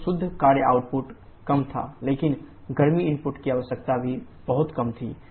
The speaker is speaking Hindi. तो शुद्ध कार्य आउटपुट कम था लेकिन गर्मी इनपुट की आवश्यकता भी बहुत कम थी